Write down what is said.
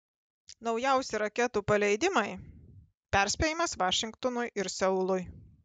naujausi raketų paleidimai perspėjimas vašingtonui ir seului